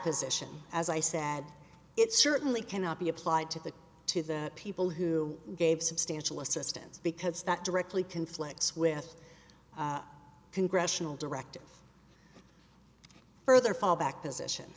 position as i said it certainly cannot be applied to the to the people who gave substantial assistance because that directly conflicts with congressional directive further fallback position